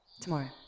Tomorrow